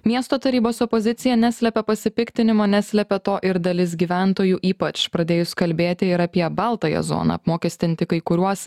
miesto tarybos opozicija neslepia pasipiktinimo neslepia to ir dalis gyventojų ypač pradėjus kalbėti ir apie baltąją zoną apmokestinti kai kuriuos